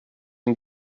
and